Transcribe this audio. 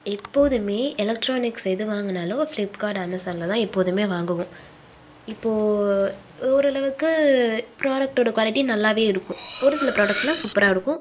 எப்போதுமே எலக்ட்ரானிக்ஸ் எது வாங்கினாலும் ஃப்ளிப்கார்ட் அமேசானில் தான் எப்போதுமே வாங்குவோம் இப்போது ஓரளவுக்கு ப்ரோடக்டோட குவாலிட்டி நல்லாவே இருக்கும் ஒரு சில ப்ரோடக்டெலாம் சூப்பராக இருக்கும்